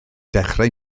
dechrau